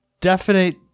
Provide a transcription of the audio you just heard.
definite